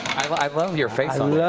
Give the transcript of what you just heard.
i love your face. um yeah